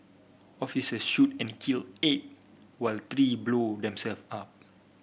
officer shoot and kill eight while three blow themself up